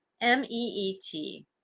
M-E-E-T